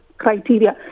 criteria